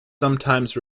sometimes